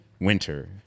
winter